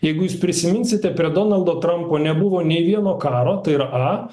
jeigu jūs prisiminsite prie donaldo trampo nebuvo nė vieno karo tai yra a